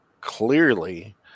clearly